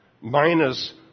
minus